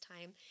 time